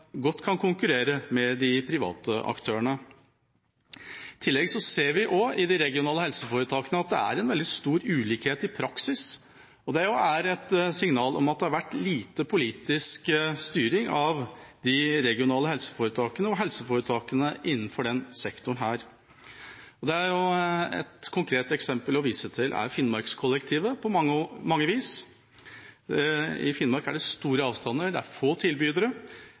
godt kan konkurrere med de private aktørene om. I tillegg ser vi i de regionale helseforetakene at det er en veldig stor ulikhet i praksis. Det er også et signal om at det har vært lite politisk styring av de regionale helseforetakene og av helseforetakene innen denne sektoren. Et konkret eksempel å vise til er på mange vis Finnmarkskollektivet. I Finnmark er det store avstander, og det er få tilbydere.